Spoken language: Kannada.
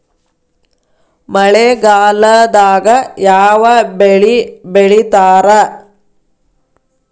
ಮಳೆಗಾಲದಾಗ ಯಾವ ಬೆಳಿ ಬೆಳಿತಾರ?